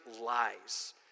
lies